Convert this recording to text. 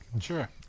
Sure